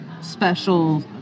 special